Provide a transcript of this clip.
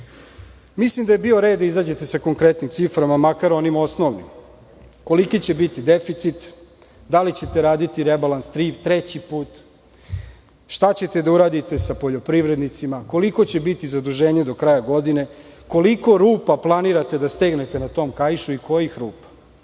trpite. Mislim da je bio red da izađete sa konkretnim ciframa, makar onim osnovnim. Koliki će biti deficit? Da li ćete raditi rebalans treći put? Šta ćete da uradite sa poljoprivrednicima? Koliko će biti zaduženje do kraja godine? Koliko rupa planirate da stegnete na tom kaišu i kojih rupa?